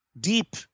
deep